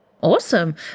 Awesome